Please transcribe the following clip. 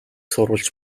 сурвалж